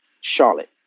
Charlotte